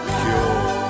cure